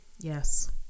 Yes